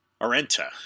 Arenta